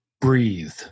breathe